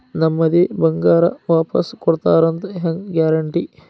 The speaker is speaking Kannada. ನಮ್ಮದೇ ಬಂಗಾರ ವಾಪಸ್ ಕೊಡ್ತಾರಂತ ಹೆಂಗ್ ಗ್ಯಾರಂಟಿ?